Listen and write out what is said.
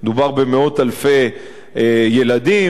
ומדובר במאות אלפי ילדים,